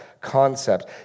concept